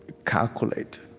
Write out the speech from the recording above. calculate.